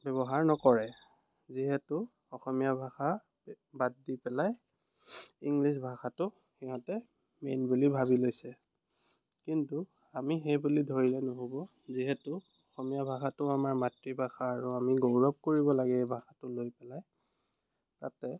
ব্যৱহাৰ নকৰে যিহেতু অসমীয়া ভাষা বাদ দি পেলাই ইংলিছ ভাষাটো সিহঁতে মেইন বুলি ভাবি লৈছে কিন্তু আমি সেই বুলি ধৰিলে নহ'ব যিহেতু অসমীয়া ভাষাটো আমাৰ মাতৃভাষা আৰু আমি গৌৰৱ কৰিব লাগে এই ভাষাটো লৈ পেলাই তাতে